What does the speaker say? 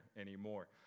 anymore